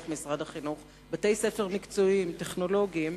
משרד החינוך בתי-ספר מקצועיים טכנולוגיים,